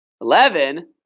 eleven